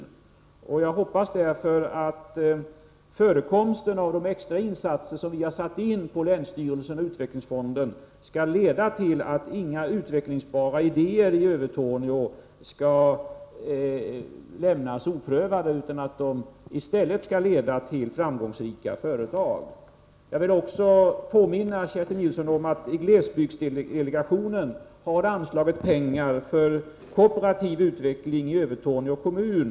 Tisdagen den Jag hoppas därför att förekomsten av de extra insatser som vi har gjort på —& mars 1984 länsstyrelsen och utvecklingsfonden skall leda till att inte några utvecklings bara idéer i Övertorneå lämnas oprövade utan i stället leder till att Om sysselsättframgångsrika företag bildas. ningsskapande åt Jag vill också påminna Kerstin Nilsson om att man i glesbygdsdelegationen gärder i vissa gleshar anslagit pengar för kooperativ utveckling i Övertorneå kommun.